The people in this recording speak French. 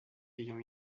ayant